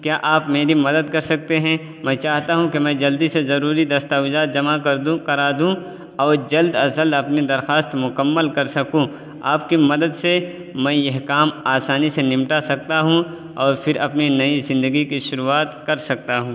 کیا آپ میری مدد کر سکتے ہیں میں چاہتا ہوں کہ میں جلدی سے ضروری دستاویزات جمع کر دوں کرا دوں اور جلد ازجلد اپنی درخواست مکمل کر سکوں آپ کی مدد سے میں یہ کام آسانی سے نمٹا سکتا ہوں اور پھر اپنی نئی زندگی کی شروعات کر سکتا ہوں